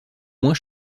moins